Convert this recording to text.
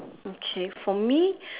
okay for me